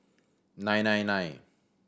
nine nine nine